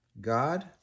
God